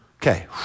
Okay